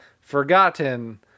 forgotten